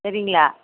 சரிங்களா